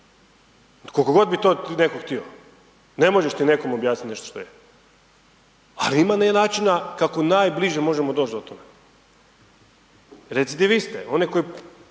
Koliko god bi to netko htio, ne možeš ti nekome objasniti nešto što je. Ali, ima načina kako najbliže možemo doći do toga. Recidiviste, one koji